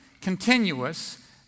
continuous